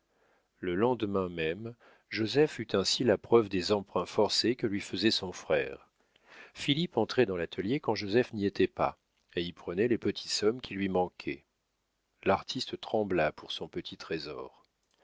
le lendemain même joseph eut ainsi la preuve des emprunts forcés que lui faisait son frère philippe entrait dans l'atelier quand joseph n'y était pas et y prenait les petites sommes qui lui manquaient l'artiste trembla pour son petit trésor